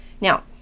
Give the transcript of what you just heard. Now